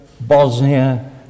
Bosnia